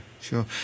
sure